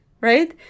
right